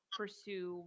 pursue